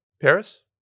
Paris